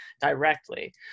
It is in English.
directly